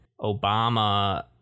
Obama